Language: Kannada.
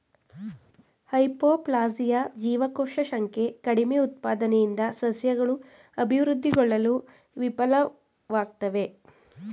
ಹೈಪೋಪ್ಲಾಸಿಯಾ ಜೀವಕೋಶ ಸಂಖ್ಯೆ ಕಡಿಮೆಉತ್ಪಾದನೆಯಿಂದ ಸಸ್ಯಗಳು ಅಭಿವೃದ್ಧಿಗೊಳ್ಳಲು ವಿಫಲ್ವಾಗ್ತದೆ